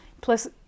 Plus